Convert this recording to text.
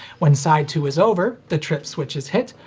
when side two is over, the trip switch is hit,